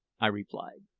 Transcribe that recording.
i replied.